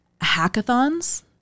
hackathons